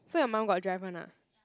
so your mum got drive [one] ah